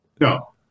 No